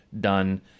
done